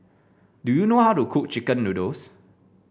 do you know how to cook chicken noodles